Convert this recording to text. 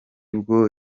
bwo